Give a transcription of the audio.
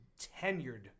tenured